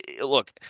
look